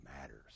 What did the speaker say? matters